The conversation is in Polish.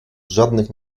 żadnych